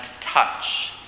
touch